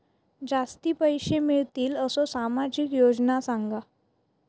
जास्ती पैशे मिळतील असो सामाजिक योजना सांगा?